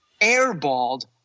airballed